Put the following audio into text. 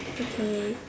okay